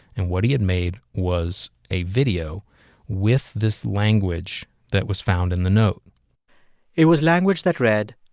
and what he had made was a video with this language that was found in the note it was language that read,